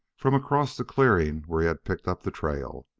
from across the clearing where he had picked up the trail.